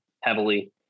heavily